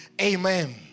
Amen